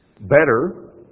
better